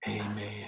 Amen